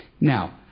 Now